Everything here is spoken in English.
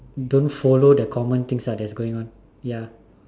don't follow the common things ah that's going on ya